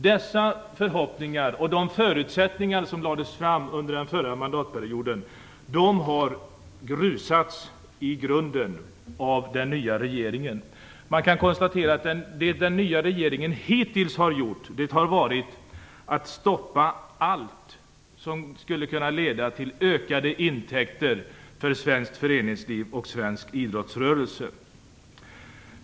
Dessa förhoppningar har i grunden grusats av den nya regeringen. Man kan konstatera att vad den nya regeringen hittills har gjort har varit att stoppa allt som skulle kunna leda till ökade intäkter för svenskt föreningsliv och svensk idrottsrörelse.